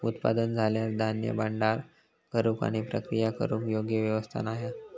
उत्पादन झाल्यार धान्य भांडार करूक आणि प्रक्रिया करूक योग्य व्यवस्था नाय हा